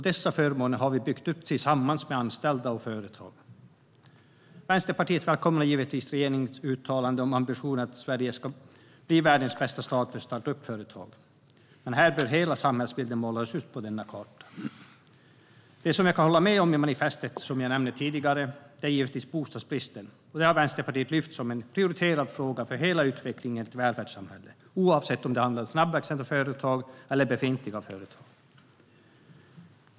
Dessa förmåner har vi byggt upp tillsammans med anställda och företag. Vänsterpartiet välkomnar givetvis att regeringen har uttalat ambitionen att Sverige ska bli världens bästa stat för start up-företag. Men här bör hela samhällsbilden målas upp på denna karta. Det som jag kan hålla med om i manifestet, som jag nämnde tidigare, är givetvis bostadsbristen. Det har Vänsterpartiet lyft fram som en prioriterad fråga för hela utvecklingen i välfärdssamhället, oavsett om det handlar om snabbt växande företag eller befintliga företag.